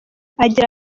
agira